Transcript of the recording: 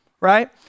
Right